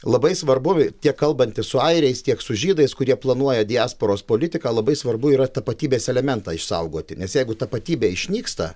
labai svarbu tiek kalbantis su airiais tiek su žydais kurie planuoja diasporos politiką labai svarbu yra tapatybės elementą išsaugoti nes jeigu tapatybė išnyksta